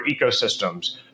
ecosystems